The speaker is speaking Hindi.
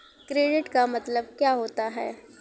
क्रेडिट का मतलब क्या होता है?